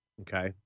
Okay